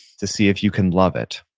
to see if you can love it,